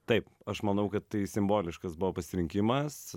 taip aš manau kad tai simboliškas buvo pasirinkimas